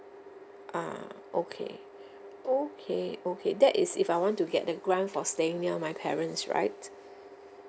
ah okay okay okay that is if I want to get the grant for staying near my parents right